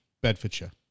Bedfordshire